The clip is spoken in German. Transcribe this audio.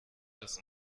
dass